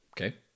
okay